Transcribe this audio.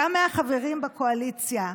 גם מהחברים בקואליציה,